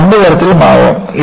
അത് രണ്ട് തരത്തിലും ആവാം